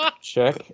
Check